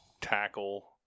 tackle